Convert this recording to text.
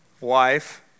wife